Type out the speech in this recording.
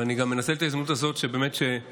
ואני גם מנצל את ההזדמנות הזאת שבאמת גם